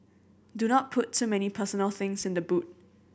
do not put too many personal things in the boot